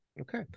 okay